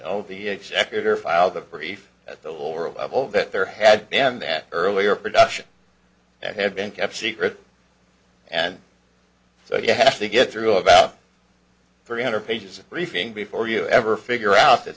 and the executor filed a brief at the lower level that there had and that earlier production had been kept secret and so you have to get through about three hundred pages of briefing before you ever figure out that